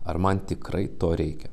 ar man tikrai to reikia